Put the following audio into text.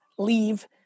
leave